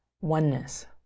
oneness